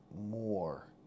more